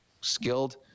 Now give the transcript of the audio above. skilled